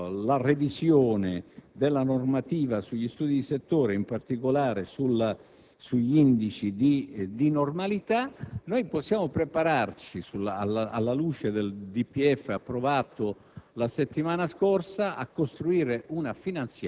dall'altra, con la revisione della normativa sugli studi di settore, in particolare sugli indici di normalità, così noi possiamo prepararci, alla luce del DPEF approvato